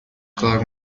کار